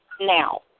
now